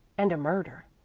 and a murder?